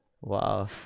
wow